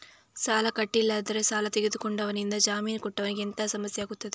ಸಾಲ ಕಟ್ಟಿಲ್ಲದಿದ್ದರೆ ಸಾಲ ತೆಗೆದುಕೊಂಡವನಿಂದ ಜಾಮೀನು ಕೊಟ್ಟವನಿಗೆ ಎಂತ ಸಮಸ್ಯೆ ಆಗ್ತದೆ?